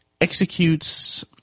executes –